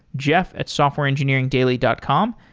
jeff at softwareengineeringdaily dot com.